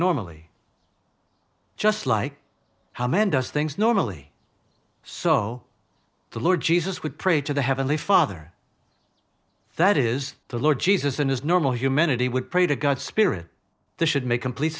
normally just like how man does things normally so the lord jesus would pray to the heavenly father that is the lord jesus in his normal humanity would pray to god spirit the should make complete